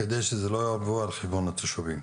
על מנת שזה לא יבוא על חשבון התושבים.